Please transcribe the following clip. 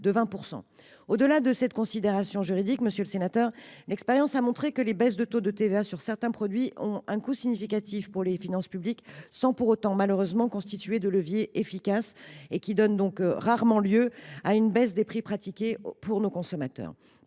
Au delà de ces considérations juridiques, monsieur le sénateur, l’expérience a montré que les baisses de taux de TVA sur certains produits ont un coût significatif pour les finances publiques sans pour autant, malheureusement, constituer des leviers efficaces : elles donnent rarement lieu à une baisse des prix au profit des consommateurs.